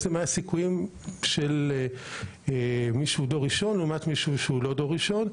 מה הסיכויים של מישהו שהוא דור ראשון לעומת מי שהוא לא דור ראשון,